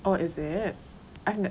oh is it I've nev~